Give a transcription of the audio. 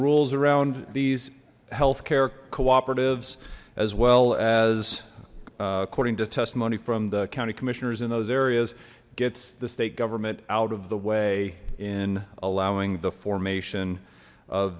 rules around these health care cooperatives as well as according to testimony from the county commissioners in those areas gets the state government out of the way in allowing the formation of